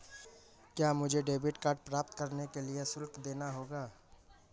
क्या मुझे debit card प्राप्त करने के लिए शुल्क देना होगा?